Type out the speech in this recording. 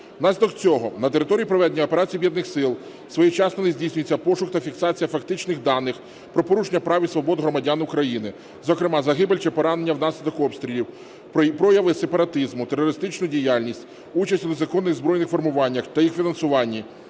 Внаслідок цього на території проведення операції Об'єднаних сил своєчасно не здійснюється пошук та фіксація фактичних даних про порушення прав і свобод громадян України, зокрема загибель чи поранення внаслідок обстрілів, прояви сепаратизму, терористичну діяльність, участь у незаконних збройних формуваннях і їх фінансуванні,